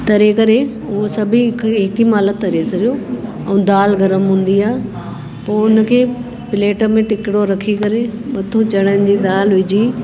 तरे करे उहो सभी हिक हिक ई महिल तरे छॾो ऐं दाल गर्म हूंदी आहे पोइ हुन खे प्लेट में टिकिड़ो रखी करे मथां चणनि जी दाल विझी